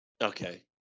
Okay